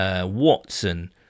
Watson